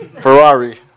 Ferrari